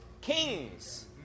kings